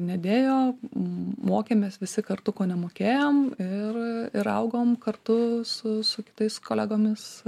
nedėjo mokėmės visi kartu ko nemokėjom ir ir augom kartu su su kitais kolegomis